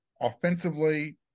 offensively